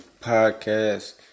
podcast